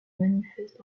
manifeste